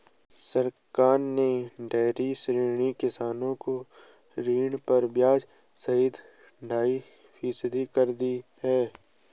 सरकार ने डेयरी क्षेत्र में किसानों को ऋणों पर ब्याज सहायता ढाई फीसदी कर दी है